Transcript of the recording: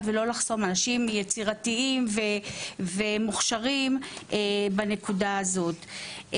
ולא לחסום אנשים יצירתיים ומוכשרים בנקודה הזאת.